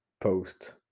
post